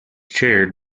chaired